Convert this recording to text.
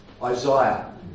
Isaiah